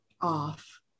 off